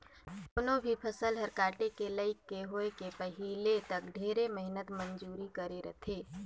कोनो भी फसल हर काटे के लइक के होए के पहिले तक ढेरे मेहनत मंजूरी करे रथे